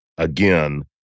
Again